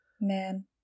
Man